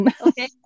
Okay